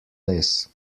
les